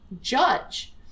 judge